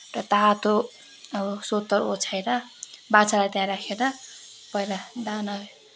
र तातो अब सोतर ओछ्याएर बाछालाई त्यहाँ राखेर पहिला दाना